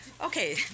Okay